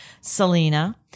Selena